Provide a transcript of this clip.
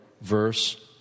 verse